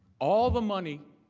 all the money